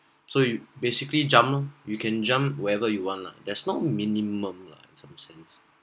so you basically jump loh you can jump wherever you want there's not minimum lah in some sense